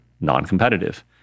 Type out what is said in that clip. non-competitive